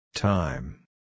Time